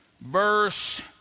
verse